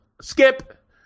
Skip